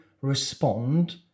respond